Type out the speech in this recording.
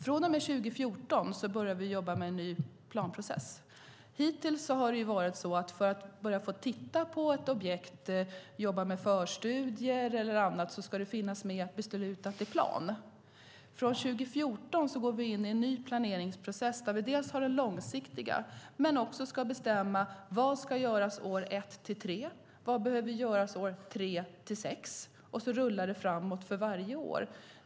Från och med 2014 börjar vi jobba med en ny planprocess. Hittills har det varit så att för att titta på ett objekt, jobba med förstudier eller annat, ska det finnas med beslutat i plan. Från 2014 går vi in en ny planeringsprocess där vi dels har det långsiktiga, dels ska bestämma vad som ska göras år ett till tre, vad som behöver göras år tre till sex, och så rullar det framåt för varje år.